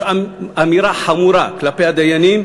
יש אמירה חמורה כלפי הדיינים,